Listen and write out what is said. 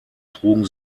trugen